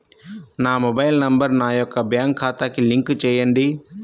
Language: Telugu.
నా మొబైల్ నంబర్ నా యొక్క బ్యాంక్ ఖాతాకి లింక్ చేయండీ?